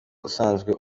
usanzwe